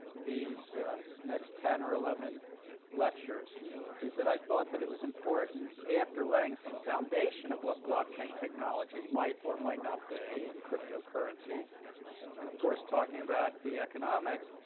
these next ten or eleven lectures is that i thought that it was important after laying some foundation of what blockchain technology might or might not be, and cryptocurrencies, and of course, talking about the economics,